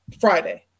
Friday